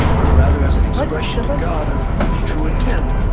but rather as an expression to god of true intent.